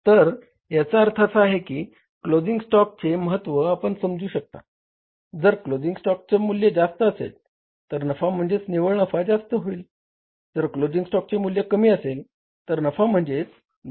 तर याचा अर्थ असा आहे की क्लोजिंग स्टॉकचे महत्त्व आपण समजू शकता जर क्लोजिंग स्टॉकचे मूल्य जास्त असेल तर नफा म्हणजेच निव्वळ नफा कमी होईल